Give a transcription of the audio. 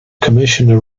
commissioner